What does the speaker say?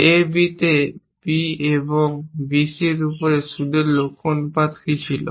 A B এ B এবং B C এর উপর সুদের লক্ষ্য অনুপাত কী ছিল